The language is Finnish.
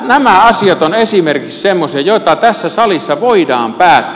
nämä asiat ovat esimerkiksi semmoisia joita tässä salissa voidaan päättää